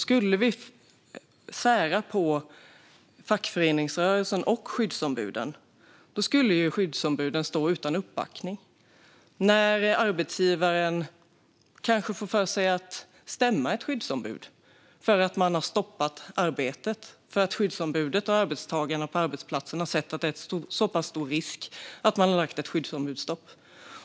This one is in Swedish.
Skulle vi sära på fackföreningsrörelsen och skyddsombuden skulle ju skyddsombuden stå utan uppbackning till exempel när arbetsgivaren kanske får för sig att stämma ett skyddsombud för att man har stoppat arbetet, alltså för att skyddsombudet och arbetstagarna på arbetsplatsen har sett att det är så pass stor risk att man har valt att lägga ett skyddsombudsstopp.